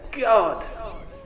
God